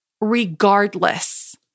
regardless